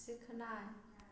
सीखनाइ